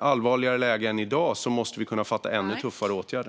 allvarligare läge än i dag måste vi kunna fatta beslut om ännu tuffare åtgärder.